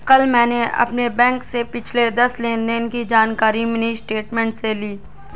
कल मैंने अपने बैंक से पिछले दस लेनदेन की जानकारी मिनी स्टेटमेंट से ली